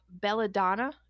belladonna